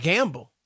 Gamble